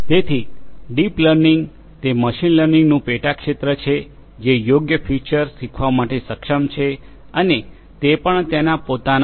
તેથી deep learning તે machine લર્નિંગનું પેટાક્ષેત્ર છે જે યોગ્ય ફિચર શીખવા માટે સક્ષમ છે અને તે પણ તેના પોતાના પર